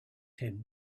him